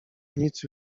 nic